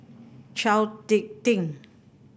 Chao Tick Tin